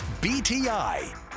BTI